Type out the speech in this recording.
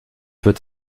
wird